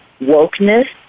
wokeness